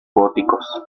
góticos